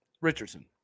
Richardson